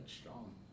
strong